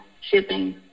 shipping